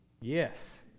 Yes